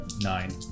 nine